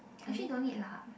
actually don't need lah